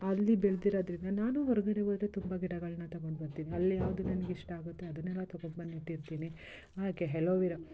ಅಲ್ಲಿ ಬೆಳೆದಿರೋದ್ರಿಂದ ನಾನು ಹೊರಗಡೆ ಹೋದ್ರೆ ತುಂಬ ಗಿಡಗಳನ್ನ ತಗೊಂಡು ಬರ್ತೀನಿ ಅಲ್ಲಿ ಯಾವುದು ನನಗಿಷ್ಟ ಆಗುತ್ತೆ ಅದನ್ನೆಲ್ಲ ತಗೊಂಡು ಬಂದು ನೆಟ್ಟಿರ್ತೀನಿ ಹಾಗೆ ಹೆಲೋವಿರ